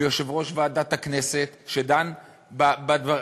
ויושב-ראש ועדת הכנסת שדן בדבר,